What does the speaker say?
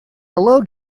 hello